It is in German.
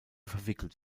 verwickelt